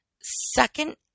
Second